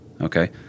Okay